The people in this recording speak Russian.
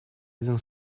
один